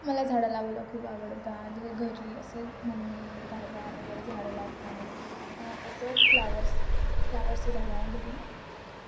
मला झाडं लावायला खूप आवडतात घरी असं मम्मी दादा वगैरे झाडं लावतात असं फ्लॉवर्स फ्लॉवर्सचे झाडं आहे घरी